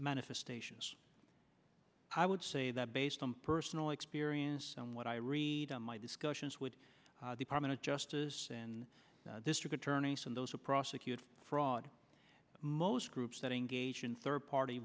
manifestations i would say that based on personal experience and what i read in my discussions with the department of justice and district attorneys and those are prosecuted fraud most groups that engage in third party